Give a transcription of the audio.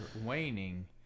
waning